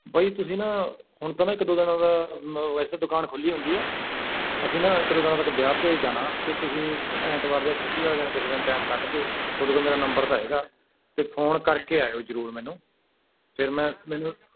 ਬਾਈ ਤੁਸੀਂ ਨਾ ਹੁਣ ਤਾਂ ਨਾ ਇੱਕ ਦੋ ਦਿਨਾਂ ਦਾ ਬ ਵੈਸੇ ਤਾਂ ਦੁਕਾਨ ਖੁੱਲੀ ਹੁੰਦੀ ਆ ਅਸੀਂ ਨਾ ਇੱਕ ਦੋ ਦਿਨਾਂ ਤੱਕ ਵਿਆਹ 'ਤੇ ਜਾਣਾ ਅਤੇ ਤੁਸੀਂ ਐਤਵਾਰ ਜਾਂ ਛੁੱਟੀ ਵਾਲੇ ਦਿਨ ਕਿਸੇ ਦਿਨ ਟਾਈਮ ਕੱਢ ਕੇ ਤੁਹਾਡੇ ਕੋਲ ਮੇਰਾ ਨੰਬਰ ਤਾਂ ਹੈਗਾ ਅਤੇ ਫੋਨ ਕਰਕੇ ਆਇਓ ਜਰੂਰ ਮੈਨੂੰ ਫਿਰ ਮੈਂ ਮੈਨੂੰ